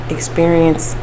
Experience